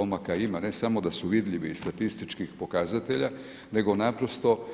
Pomaka ima, ne samo da su vidljivi iz statističkih pokazatelja nego naprosto